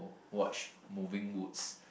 watch moving woods